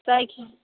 जायखिया